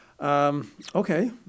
Okay